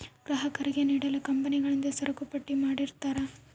ಗ್ರಾಹಕರಿಗೆ ನೀಡಲು ಕಂಪನಿಗಳಿಂದ ಸರಕುಪಟ್ಟಿ ಮಾಡಿರ್ತರಾ